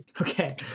Okay